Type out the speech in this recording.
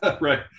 right